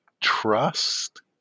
trust